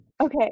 okay